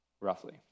roughly